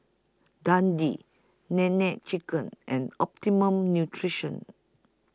Dundee Nene Chicken and Optimum Nutrition